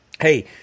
hey